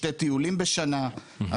שני טיולים בשנה,